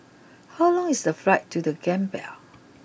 how long is the flight to the Gambia